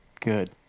good